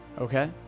okay